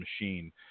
machine